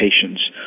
patients